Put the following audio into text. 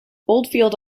oldfield